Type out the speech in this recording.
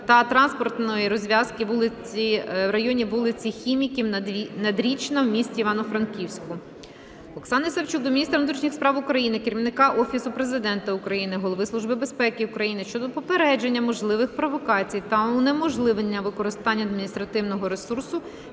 та транспортної розв'язки в районі вулиці Хіміків – Надрічна в місті Івано-Франківську. Оксани Савчук до міністра внутрішніх справ України, Керівника Офісу Президента України, Голови Служби безпеки України щодо попередження можливих провокацій та унеможливлення використання адміністративного ресурсу